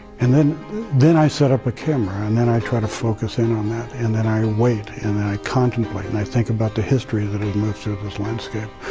and then then i set up a camera, and then i try to focus in on that. and then i wait, and i contemplate, and i think about the history that emits through this landscape,